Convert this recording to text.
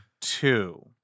two